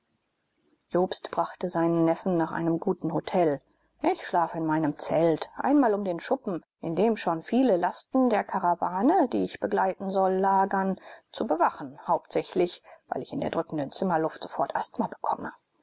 jobst brachte seinen neffen nach einem guten hotel ich schlafe in meinem zelt einmal um den schuppen in dem schon viele lasten der karawane die ich begleiten soll lagern zu bewachen hauptsächlich weil ich in der drückenden zimmerluft sofort asthma bekomme